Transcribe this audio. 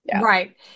Right